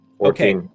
Okay